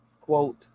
quote